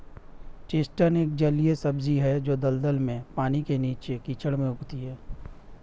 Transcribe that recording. chestnut एक जलीय सब्जी है जो दलदल में, पानी के नीचे, कीचड़ में उगती है